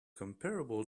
comparable